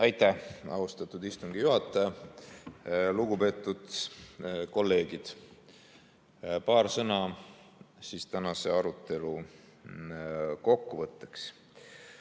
Aitäh, austatud istungi juhataja! Lugupeetud kolleegid! Paar sõna tänase arutelu kokkuvõtteks.